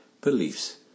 beliefs